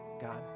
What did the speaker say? God